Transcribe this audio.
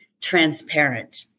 transparent